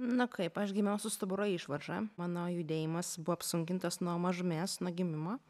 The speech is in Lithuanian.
nu kaip aš gimiau su stuburo išvarža mano judėjimas buvo apsunkintas nuo mažumės nuo gimimo